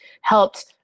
helped